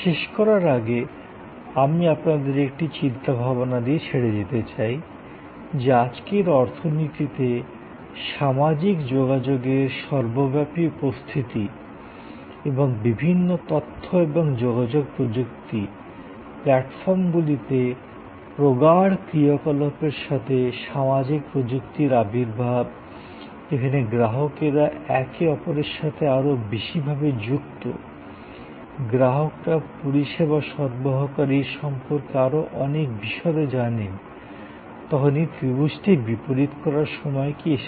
শেষ করার আগে আমি আপনাদের একটি চিন্তাভাবনা দিয়ে ছেড়ে যেতে চাই যে আজকের অর্থনীতিতে সামাজিক যোগাযোগের সর্বব্যাপী উপস্থিতি এবং বিভিন্ন তথ্য এবং যোগাযোগ প্রযুক্তি প্ল্যাটফর্মগুলিতে প্রগাঢ় ক্রিয়াকলাপের সাথে সামাজিক প্রযুক্তির আবির্ভাব যেখানে গ্রাহকেরা একে অপরের সাথে আরও বেশিভাবে যুক্ত গ্রাহকরা পরিষেবা সরবরাহকারীর সম্পর্কে আরও অনেক বিশদে জানেন তখন এই ত্রিভুজটি বিপরীত করার সময় কি এসেছে